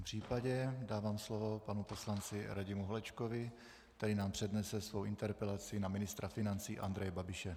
V tom případě dávám slovo panu poslanci Radimu Holečkovi, který nám přednese svou interpelaci na ministra financí Andreje Babiše.